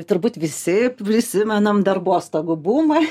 turbūt visi prisimenam darbostogų bumą